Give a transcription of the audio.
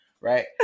right